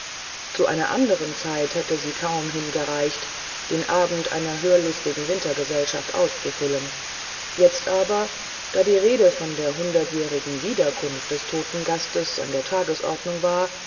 zu einer anderen zeit hätte sie kaum hingereicht den abend einer hörlustigen wintergesellschaft auszufüllen jetzt aber da die rede von der hundertjährigen wiederkunft des toten gastes an der tagesordnung war